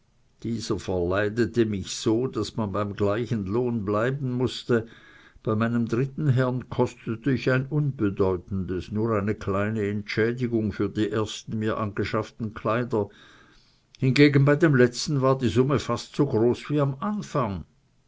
dieser verleidete mich so daß man beim gleichen lohn bleiben mußte bei meinem dritten herrn kostete ich ein unbedeutendes nur eine kleine entschädigung für die ersten mir angeschafften kleider hingegen bei dem letzten war die summe fast so groß wie im anfang